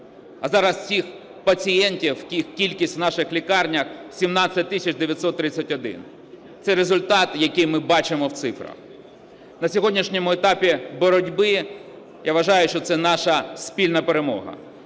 А зараз цих пацієнтів кількість в наших лікарнях – 17 тисяч 931. Це результат, який ми бачимо в цифрах. На сьогоднішньому етапі боротьби, я вважаю, що це наша спільна перемога.